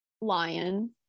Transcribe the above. Lion